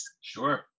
Sure